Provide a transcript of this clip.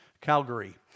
Calgary